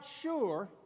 sure